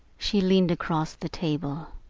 she leaned across the table.